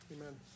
amen